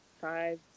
five